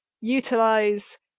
utilize